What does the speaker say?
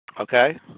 okay